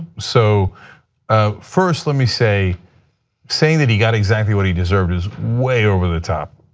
so ah first, let me say saying that he got exactly what he deserved is way over the top.